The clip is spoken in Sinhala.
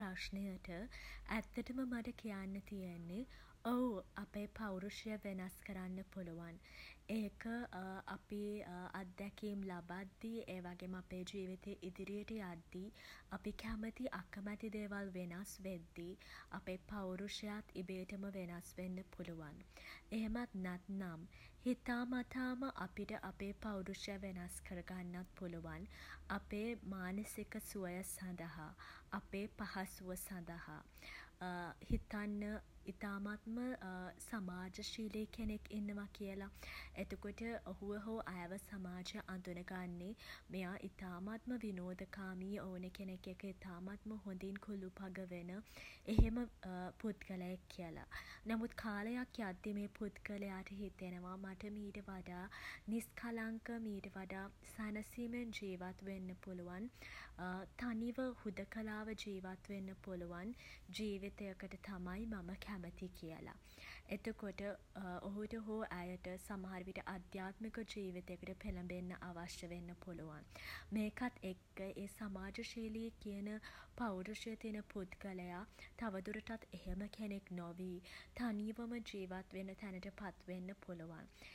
ප්‍රශ්නයට ඇත්තටම මට කියන්න තියෙන්නේ ඔව් අපේ පෞරුෂය වෙනස් කරන්න පුළුවන් ඒක අපි අත්දැකීම් ලබාද්දී ඒ වගේම අපේ ජීවිතය ඉදිරියට යද්දී අපි කැමති අකමැති දේවල් වෙනස් වෙද්දී අපේ පෞරුෂයත් ඉබේටම වෙනස් වෙන්න පුළුවන්. එහෙමත් නැත්නම් හිතාමතාම අපිට අපේ පෞරුෂය වෙනස් කර ගන්නත් පුළුවන්. අපේ මානසික සුවය සඳහා අපේ පහසුව සඳහා හිතන්න ඉතාමත්ම සමාජශීලී කෙනෙක් ඉන්නවා කියල. එතකොට ඔහුව හෝ ඇයව සමාජය අඳුන ගන්නේ මෙයා ඉතාමත්ම විනෝදකාමී ඕන කෙනෙක් එක්ක ඉතාමත්ම හොඳින් කුළුපග වෙන එහෙම පුද්ගලයෙක් කියලා. නමුත් කාලයක් යද්දී මේ පුද්ගලයාට හිතෙනවා මට මීට වඩා නිස්කලංක මීට වඩා සැනසීමෙන් ජීවත් වෙන්න ජීවත් වෙන්න පුළුවන් තනිව හුදකලාව ජීවත් වෙන්න පුළුවන් ජීවිතයකට තමයි මම කැමති කියල. එතකොට ඔහුට හෝ ඇයට සමහර විට අධ්‍යාත්මික ජීවිතයකට පෙළඹෙන්න අවශ්‍ය වෙන්න පුළුවන්. මේකත් එක්ක ඒ සමාජශීලී කියන පෞරුෂය තියෙන පුද්ගලයා තවදුරටත් එහෙම කෙනෙක් නොවී තනිවම ජීවත් වෙන තැනට පත් වෙන්න පුලුවන්.